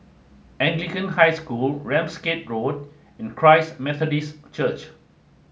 Anglican High School Ramsgate Road and Christ Methodist Church